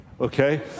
okay